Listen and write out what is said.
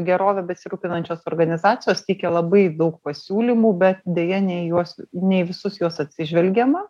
gerove besirūpinančios organizacijos teikia labai daug pasiūlymų bet deja ne į juos ne į visus juos atsižvelgiama